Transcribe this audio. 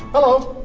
hello.